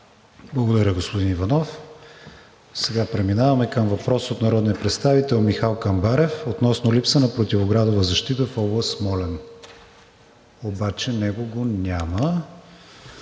Благодаря, господин Иванов. Сега преминаваме към въпрос от народния представител Михал Камбарев относно липса на противоградова защита в област Смолян. Обаче него го няма.